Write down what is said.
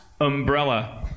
Umbrella